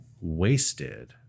Wasted